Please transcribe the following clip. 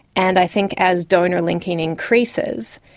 and i think as donor linking increases,